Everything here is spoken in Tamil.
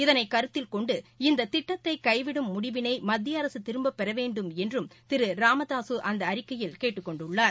இதளை கருத்தில் கொண்டு இந்த திட்டத்தை கைவிடும் முடிவினை மத்திய அரசு திரும்பப்பெற வேண்டும் என்றும் திரு ராமதாசு அந்த அறிக்கையில் கேட்டுக் கொண்டுள்ளார்